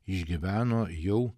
išgyveno jau